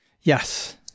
Yes